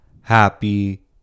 Happy